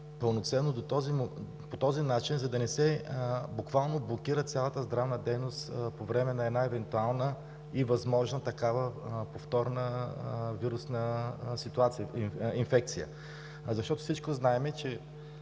пълноценно по този начин, за да не се буквално блокира цялата здравна дейност по време на една евентуална и възможна такава повторна вирусна инфекция, защото всички знаем, че